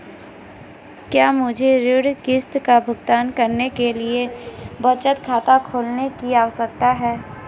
क्या मुझे ऋण किश्त का भुगतान करने के लिए बचत खाता खोलने की आवश्यकता है?